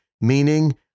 meaning